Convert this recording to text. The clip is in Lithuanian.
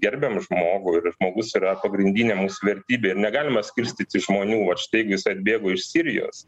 gerbiam žmogų ir žmogus yra pagrindinė mūsų vertybė ir negalima skirstyti žmonių vat štai jeigu jis atbėgo iš sirijos